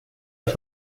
las